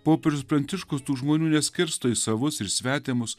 popiežius pranciškus tų žmonių neskirsto į savus ir svetimus